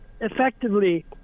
effectively